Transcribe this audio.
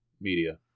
media